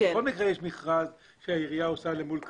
בכל מקרה יש מכרז שהעירייה עושה למול קבלנים.